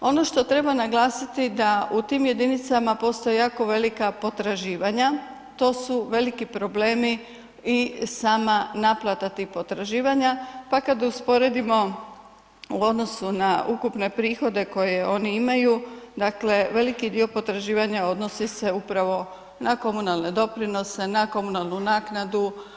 Ono što treba naglasiti da u tim jedinicama postoje jako velika potraživanja to su veliki problemi i sama naplata tih potraživanja, pa kad usporedimo u odnosu na ukupne prihode koje oni imaju dakle veliki dio potraživanja odnosi se upravo na komunalne doprinose, na komunalnu naknadu.